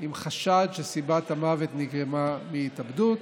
עם חשד שסיבת המוות נגרמה מהתאבדות.